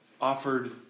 offered